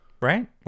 right